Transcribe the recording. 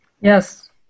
yes